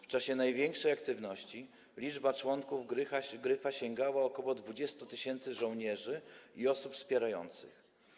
W czasie największej aktywności liczba członków „Gryfa” sięgała ok. 20 tys. żołnierzy i osób wspierających.